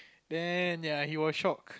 then ya he was shocked